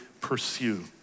pursue